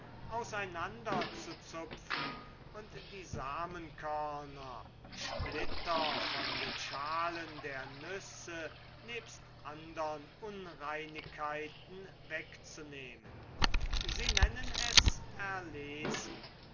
der baumwolle auseinanderzuzupfen und die samenkörner splitter von den schalen der nüsse nebst andern unreinigkeiten wegzunehmen sie nennen es erlesen